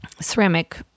ceramic